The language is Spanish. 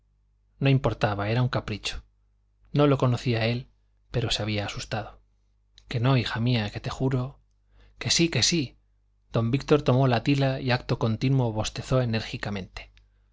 no importaba era un capricho no lo conocía él pero se había asustado que no hija mía que te juro que sí que sí don víctor tomó tila y acto continuo bostezó enérgicamente